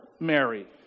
Mary